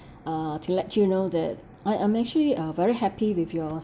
uh to let you know that I I'm actually uh very happy with your